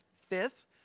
Fifth